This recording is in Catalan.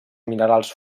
minerals